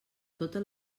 totes